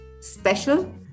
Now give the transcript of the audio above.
special